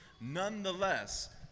Nonetheless